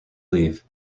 leave